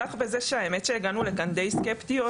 אפתח בזה שהגענו לכאן די סקפטיות,